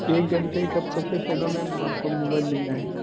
एक घंटे का प्रोसेस होगा मैम आपको मोबाईल मिल जाएगा